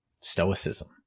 stoicism